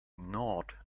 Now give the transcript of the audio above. gnawed